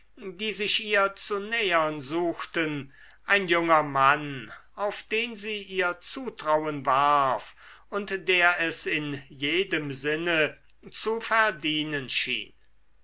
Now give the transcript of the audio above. die sich ihr zu nähern suchten ein junger mann auf den sie ihr zutrauen warf und der es in jedem sinne zu verdienen schien